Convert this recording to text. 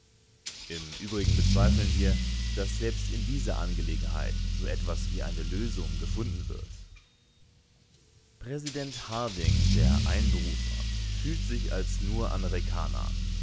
im übrigen bezweifeln wir daß selbst in dieser angelegenheit so etwas wie eine lösung gefunden wird präsident harding der einberufer fühlt sich als nur-amerikaner